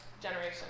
generation